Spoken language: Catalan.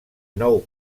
nou